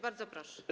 Bardzo proszę.